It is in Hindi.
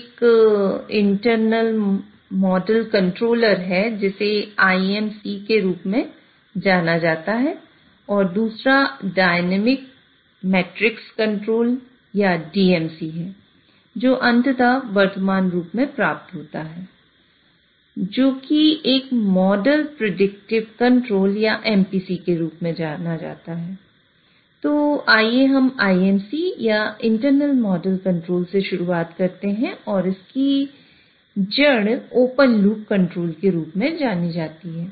एक इंटरनल मॉडल कंट्रोलर के रूप में जानी जाती है